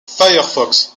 firefox